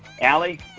Allie